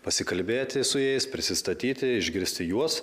pasikalbėti su jais prisistatyti išgirsti juos